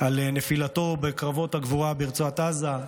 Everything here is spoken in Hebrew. על נפילתו בקרבות הגבורה ברצועת עזה.